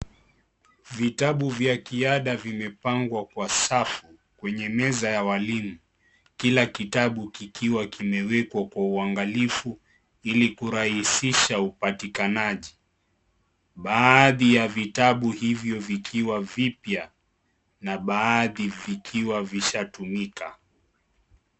Vitabu vya kiada vimepangwa kwa safu kwenye meza ya walimu ,kila kitabu kikiwa kimewekwa kwa uangalifu hili kurahisisha upatikanaji baadhi ya vitabu hivyo vikiwa vipya na baadhi vikiwa vishatumika.